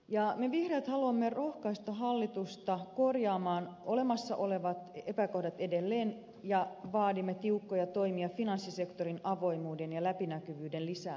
me vihreät haluamme rohkaista hallitusta korjaamaan edelleen olemassa olevat epäkohdat ja vaadimme tiukkoja toimia finanssisektorin avoimuuden ja läpinäkyvyyden lisäämiseksi